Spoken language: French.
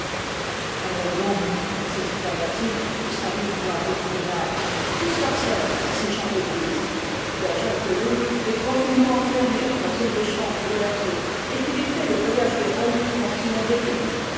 allons donc sexclama t il de sa rude voix de grognard tous farceurs ces gens d'église gageons que loull est tran quillement enfermé dans une des chambres de la tour et qu'il y fait le voyage de rome en fumant des pipes